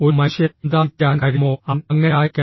ഒരു മനുഷ്യന് എന്തായിത്തീരാൻ കഴിയുമോ അവൻ അങ്ങനെയായിരിക്കണം